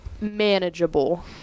manageable